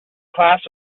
class